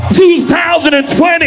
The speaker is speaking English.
2020